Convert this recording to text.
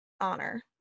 honor